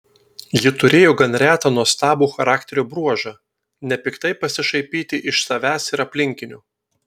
ji turėjo gan retą nuostabų charakterio bruožą nepiktai pasišaipyti iš savęs ir aplinkinių